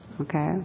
okay